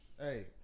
Hey